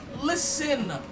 Listen